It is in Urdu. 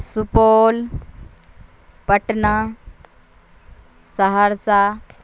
سپول پٹنہ سہرسہ